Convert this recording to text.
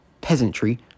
peasantry